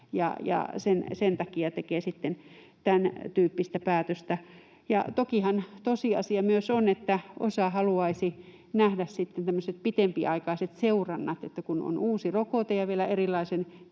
sen takia tekee sitten tämäntyyppisen päätöksen. Tokihan tosiasia myös on, että osa haluaisi nähdä tämmöiset pitempiaikaiset seurannat. Kun on uusi rokote ja vielä erilaisen